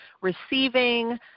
receiving